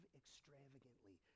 extravagantly